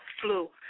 flu